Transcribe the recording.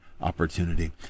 opportunity